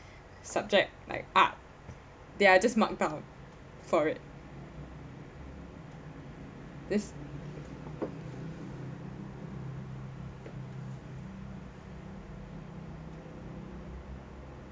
subject like art they are just mark down for it this